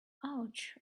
ouch